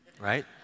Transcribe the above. right